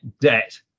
debt